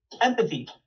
Empathy